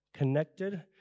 connected